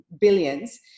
billions